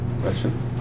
Questions